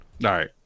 right